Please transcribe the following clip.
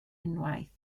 unwaith